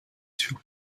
sur